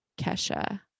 Kesha